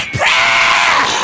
prayer